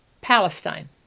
Palestine